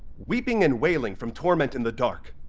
weeping and wailing from torment in the dark.